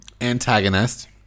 antagonist